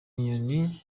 inyoni